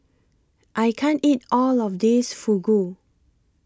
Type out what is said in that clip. I can't eat All of This Fugu